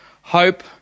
Hope